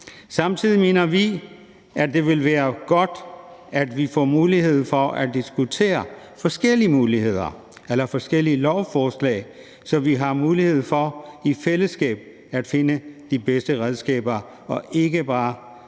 Samtidig mener vi, at det ville være godt, hvis vi fik mulighed for at diskutere forskellige muligheder eller forskellige lovforslag, så vi har mulighed for i fællesskab at finde de bedste redskaber og ikke bare